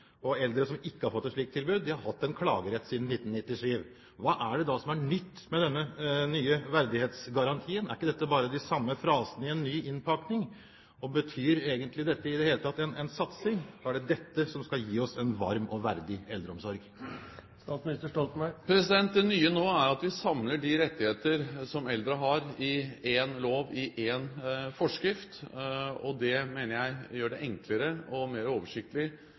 Eldre som ikke har fått et slikt tilbud, har hatt en klagerett siden 1997. Hva er det da som er nytt med denne nye verdighetsgarantien? Er ikke dette bare de samme frasene i en ny innpakning? Betyr dette i det hele tatt en satsing? Er det dette som skal gi oss en varm og verdig eldreomsorg? Det nye nå er at vi samler de rettighetene som eldre har, i én lov, i én forskrift. Det mener jeg gjør det enklere og mer oversiktlig